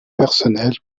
personnel